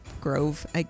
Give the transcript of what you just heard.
grove